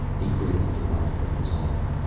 he cradled the rifle in his arm.